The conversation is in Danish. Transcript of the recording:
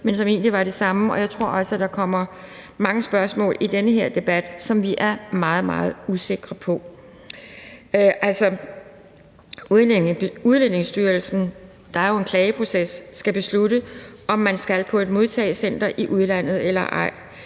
det skal blive til noget. Jeg tror også, at der kommer mange spørgsmål i den her debat, for der er meget, som vi er meget usikre på. Det er Udlændingestyrelsen, hvor der jo er en klageproces, der skal beslutte, om man skal på et modtagecenter i udlandet eller ej.